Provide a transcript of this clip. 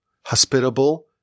hospitable